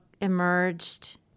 emerged